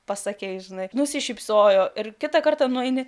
pasakei žinai nusišypsojo ir kitą kartą nueini